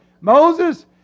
Moses